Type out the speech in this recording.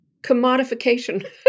commodification